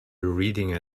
reading